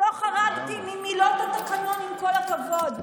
לא חרגתי ממילות התקנון, עם כל הכבוד.